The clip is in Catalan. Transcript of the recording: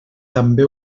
també